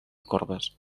corbes